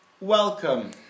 welcome